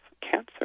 Cancer